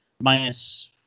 minus